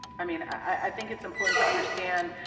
i mean i think it's important to understand,